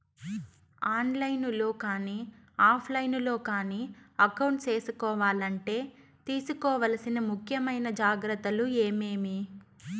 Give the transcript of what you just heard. On line లో కానీ offline లో కానీ అకౌంట్ సేసుకోవాలంటే తీసుకోవాల్సిన ముఖ్యమైన జాగ్రత్తలు ఏమేమి?